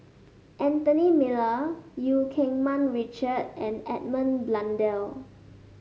Anthony Miller Eu Keng Mun Richard and Edmund Blundell